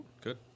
good